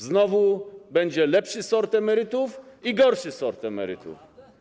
Znowu będzie lepszy sort emerytów i gorszy sort emerytów.